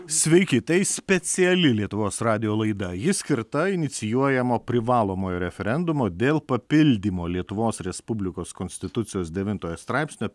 sveiki tai speciali lietuvos radijo laida ji skirta inicijuojamo privalomojo referendumo dėl papildymo lietuvos respublikos konstitucijos devintojo straipsnio